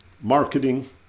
marketing